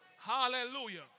Hallelujah